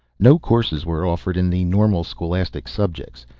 no courses were offered in the normal scholastic subjects.